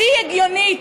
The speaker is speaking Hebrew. הכי הגיונית?